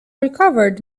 recovered